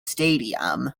stadium